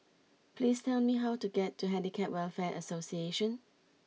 please tell me how to get to Handicap Welfare Association